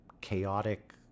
chaotic